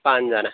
पाँचजना